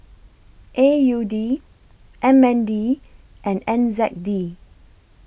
A U D M N D and N Z D